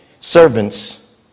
Servants